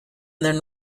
then